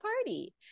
party